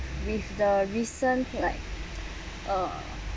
with the recent like uh